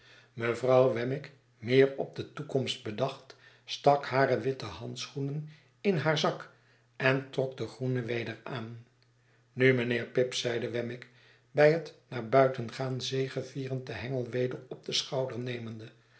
mevrouw wemmick meer op de toekomst bedacht stak hare witte handschoenen in haar zak en trok de groene weder aan nu mijnheer pip zeide wemmick bij het naar buiten gaan zegevierend den hengel weder op schouder nemende